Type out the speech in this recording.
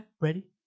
Ready